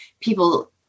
people